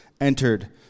entered